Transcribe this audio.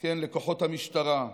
לכוחות המשטרה,